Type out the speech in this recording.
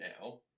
now